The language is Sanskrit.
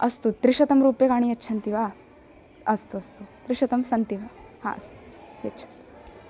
अस्तु त्रिशतं रूप्यकाणि यच्छन्ति वा अस्तु अस्तु त्रिशतं सन्ति हा यच्छन्तु